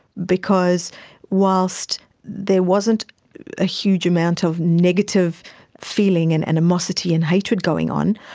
because whilst there wasn't a huge amount of negative feeling and animosity and hatred going on,